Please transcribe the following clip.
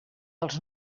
els